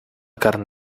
carn